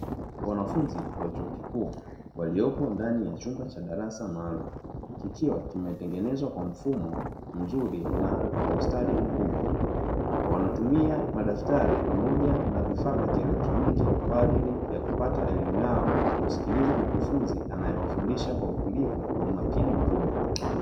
Wanafunzi wa chuo kikuuu waliopo ndani ya chumba cha darasa maalumu kikiwa kimetengenezwa kwa mfumo mzuri na kwa ustadi mkubwa. Wanatumia madaftari pamoja na vifaa vya kilektroniki kwa ajili ya kupata elimu yao kwa kumsikiliza mkufunzi anayewafundisha kwa utulivu na umakini mkubwa.